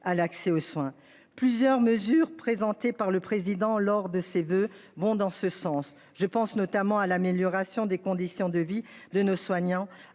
à l'accès aux soins. Plusieurs mesures présentées par le président lors de ses voeux bon dans ce sens, je pense notamment à l'amélioration des conditions de vie de nos soignants